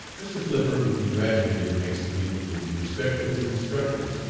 mr. flipper will be graduated next week with the respect of his instructors,